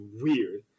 weird